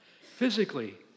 physically